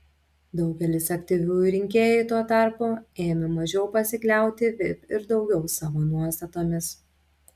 daugelis aktyviųjų rinkėjų tuo tarpu ėmė mažiau pasikliauti vip ir daugiau savo nuostatomis